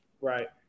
Right